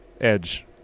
edge